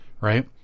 Right